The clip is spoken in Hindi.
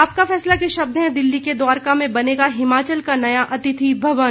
आपका फैसला के शब्द हैं दिल्ली के द्वारका में बनेगा हिमाचल का नया अतिथि भवन